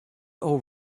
all